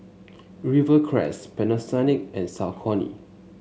Rivercrest Panasonic and Saucony